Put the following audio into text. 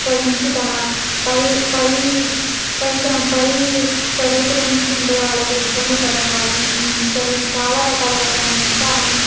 అక్కడి నుంచి తన పై పై పై తరగతుల నుంచి ఉండే వాళ్ళతో ఇబ్బంది పడడం వాళ్ళ నుంచి హింసలు చాలా రకాలుగా తాను ఎంత అనుభ